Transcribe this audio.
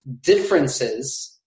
differences